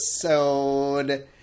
episode